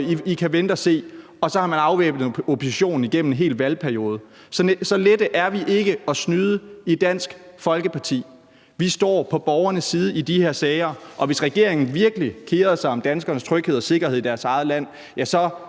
I kan vente og se. Og på den måde har man afvæbnet oppositionen igennem en hel valgperiode. Så lette er vi ikke at snyde i Dansk Folkeparti. Vi står på borgernes side i de her sager, og hvis regeringen virkelig kerede sig om danskernes tryghed og sikkerhed i deres eget land,